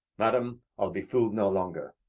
madam, i'll be fooled no longer.